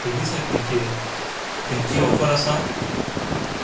खडीसाकरी चेर खंयचीय ऑफर आसा